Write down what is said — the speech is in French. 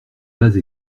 base